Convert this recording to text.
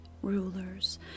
Rulers